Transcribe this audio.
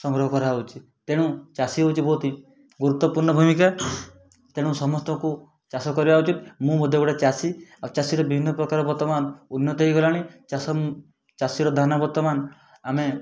ସଂଗ୍ରହ କରାହଉଛି ତେଣୁ ଚାଷୀ ହଉଛି ବହୁତ ଗୁରୁତ୍ବପୂର୍ଣ୍ଣ ଭୂମିକା ତେଣୁ ସମସ୍ତଙ୍କୁ ଚାଷ କରିବା ଉଚିତ୍ ମୁଁ ମଧ୍ୟ ଗୋଟେ ଚାଷୀ ଆଉ ଚାଷୀର ବିଭିନ୍ନ ପ୍ରକାର ବର୍ତ୍ତମାନ ଉନ୍ନତି ହେଇଗଲାଣି ଚାଷ ଚାଷୀର ଦାନା ବର୍ତ୍ତମାନ ଆମେ